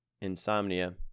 insomnia